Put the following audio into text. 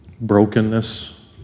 brokenness